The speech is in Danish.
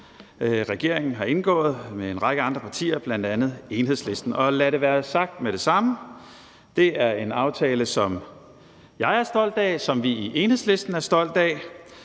regeringen har indgået med en række andre partier, bl.a. Enhedslisten. Og lad det være sagt med det samme: Det er en aftale, som jeg er stolt af, og som vi i Enhedslisten er stolte af,